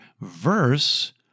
verse